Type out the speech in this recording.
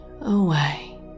away